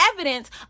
evidence